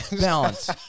balance